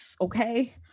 Okay